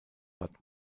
bad